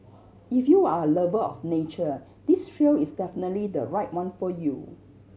if you're a lover of nature this trail is definitely the right one for you